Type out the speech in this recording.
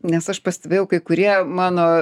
nes aš pastebėjau kai kurie mano